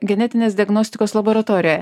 genetinės diagnostikos laboratorijoje